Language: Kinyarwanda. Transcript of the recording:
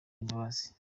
imbabazi